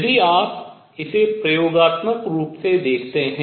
यदि आप इसे प्रयोगात्मक रूप से देखतें है